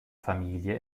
familie